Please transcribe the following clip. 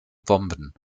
bomben